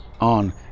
on